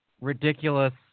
ridiculous